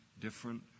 different